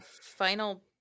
final